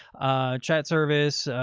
ah chat service,